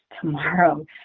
tomorrow